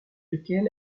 lequel